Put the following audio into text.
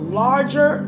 larger